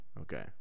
Okay